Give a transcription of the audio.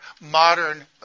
modern